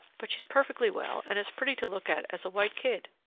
but she's perfectly well and as pretty to look at as a white kid!